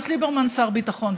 אז ליברמן שר הביטחון,